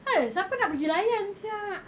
!oi! siapa nak pergi layan siak